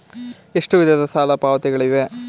ಎಷ್ಟು ವಿಧದ ಸಾಲ ಪಾವತಿಗಳಿವೆ?